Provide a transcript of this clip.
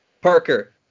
Parker